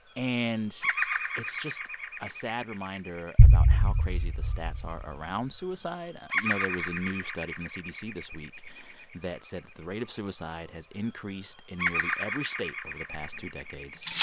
and it's just a sad reminder about how crazy the stats are around suicide. you know, there was a new study from the cdc this week that said that the rate of suicide has increased in nearly every state over the past two decades.